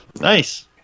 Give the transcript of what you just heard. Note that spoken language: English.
Nice